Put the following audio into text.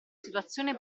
situazione